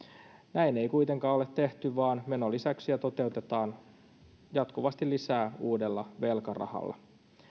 näin ei kuitenkaan ole tehty vaan menolisäyksiä toteutetaan jatkuvasti lisää uudella velkarahalla